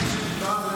בעזרת השם יתברך,